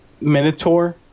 Minotaur